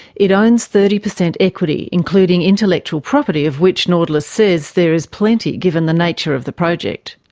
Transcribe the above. it owns thirty percent equity, including intellectual property, of which nautilus says there is plenty, given the nature of the project.